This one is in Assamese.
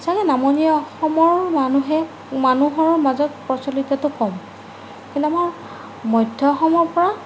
চাগে নামনি অসমৰ মানুহে মানুহৰ মাজত প্ৰচলিতটো কম কিন্তু আমাৰ মধ্য অসমৰ পৰা